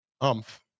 umph